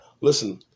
listen